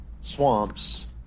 swamps